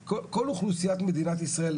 כל אוכלוסיית מדינת ישראל,